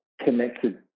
connected